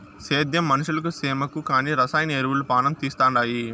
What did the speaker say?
సేద్యం మనుషులకు సేమకు కానీ రసాయన ఎరువులు పానం తీస్తండాయి